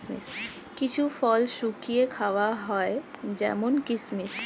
কিছু ফল শুকিয়ে খাওয়া হয় যেমন কিসমিস